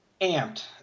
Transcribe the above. amped